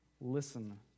Listen